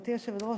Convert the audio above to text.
גברתי היושבת-ראש,